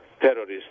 terrorists